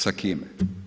Sa kime?